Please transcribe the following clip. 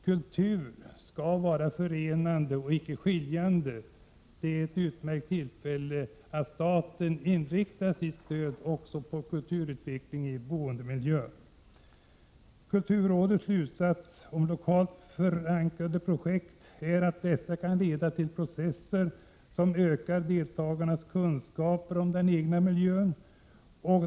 Kultur skall vara förenande, icke skiljande. Det här är ett utmärkt tillfälle för staten att inrikta sitt stöd också på kulturutvecklingen i boendemiljön. Kulturrådets slutsats om lokalt förankrade projekt är att dessa kan leda till processer som ökar deltagarnas kunskaper om den egna miljön.